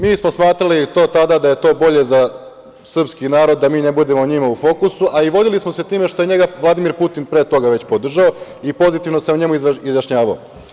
Mi smo smatrali tada da je bolje za srpski narod da mi ne budemo njima u fokusu, a i vodili smo se time što je njega Vladimir Putin pre toga već podržao i pozitivno se o njemu izjašnjavao.